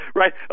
right